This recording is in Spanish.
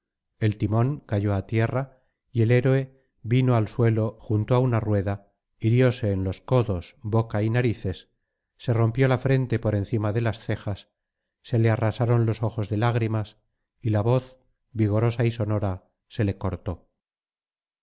el timón cayó á tierra y el héroe vino al suelo junto á una rueda hirióse en los codos boca y narices se rompió la frente por encima de las cejas se le arrasaron los ojos de lágrimas y la voz vigorosa y sonora se le cortó